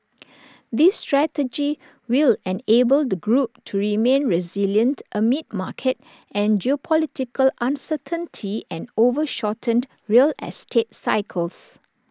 this strategy will enable the group to remain resilient amid market and geopolitical uncertainty and over shortened real estate cycles